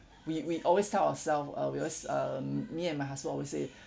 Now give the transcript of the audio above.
we we always tell ourself uh we always um me and my husband always say